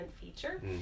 feature